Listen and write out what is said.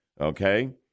okay